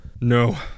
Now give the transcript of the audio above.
No